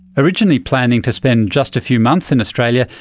originally planning to spend just a few months in australia,